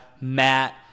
Matt